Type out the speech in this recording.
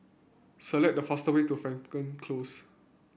select the fastest way to Frankel Close